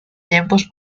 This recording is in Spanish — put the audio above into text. tiempos